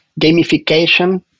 gamification